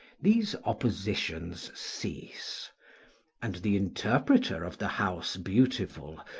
these oppositions cease and the interpreter of the house beautiful,